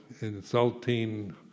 insulting